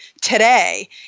today